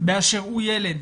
באשר הוא ילד.